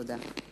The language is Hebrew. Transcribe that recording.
תודה.